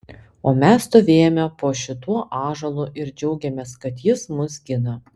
o mes stovėjome po šituo ąžuolu ir džiaugėmės kad jis mus gina